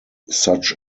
such